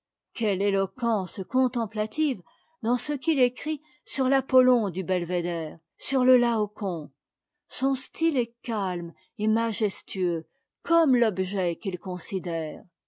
quelle éloquence contemplative dans ce qu'il écrit sur l'apollon du belvédère sur le laocoon son style est calme et majestueux comme l'objet qu'il considère